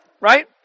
right